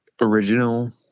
original